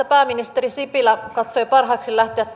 pääministeri sipilä katsoi parhaaksi lähteä